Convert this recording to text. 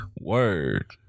word